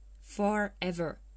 forever